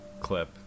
clip